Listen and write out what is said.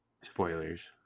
Spoilers